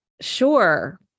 Sure